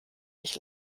nicht